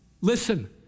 Listen